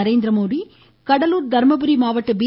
நரேந்திரமோடி கடலூர் தர்மபுரி மாவட்ட பி